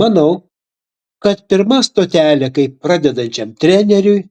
manau kad pirma stotelė kaip pradedančiam treneriui